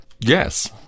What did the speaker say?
Yes